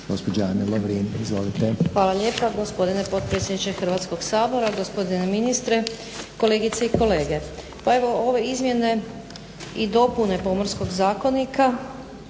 Hvala lijepa gospodine potpredsjedniče hrvatskog sabora, gospodine ministre, kolegice i kolege. Pa evo ove izmjene i dopune pomorskog zakonika